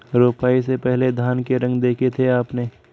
रोपाई से पहले धान के रंग देखे थे आपने?